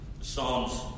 Psalms